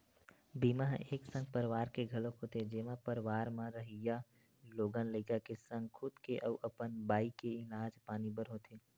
बीमा ह एक संग परवार के घलोक होथे जेमा परवार म रहइया लोग लइका के संग खुद के अउ अपन बाई के इलाज पानी बर होथे